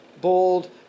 bold